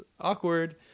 awkward